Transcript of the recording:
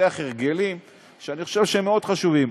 לפתח הרגלים שאני חושב שהם מאוד חשובים.